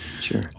Sure